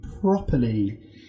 properly